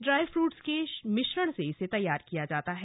dry fruits के मिश्रण से इसे तैयार किया जाता है